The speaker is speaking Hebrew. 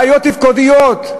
"בעיות תפקודיות",